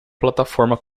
plataforma